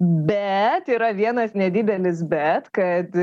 bet yra vienas nedidelis bet kad